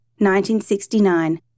1969